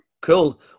cool